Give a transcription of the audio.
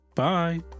Bye